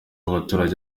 baturage